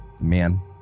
man